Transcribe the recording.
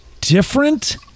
different